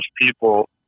people